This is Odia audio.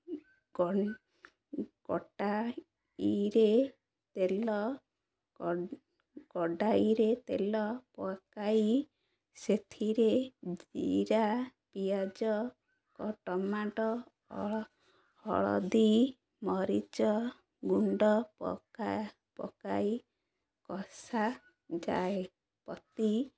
କ କଡ଼ାଇରେ ତେଲ କଡ଼ାଇରେ ତେଲ ପକାଇ ସେଥିରେ ଜିରା ପିଆଜ ଓ ଟମାଟୋ ହଳଦୀ ମରିଚ ଗୁଣ୍ଡ ପକା ପକାଇ କଷାଯାଏ ପତି